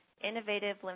innovative